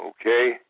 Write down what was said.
Okay